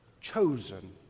Chosen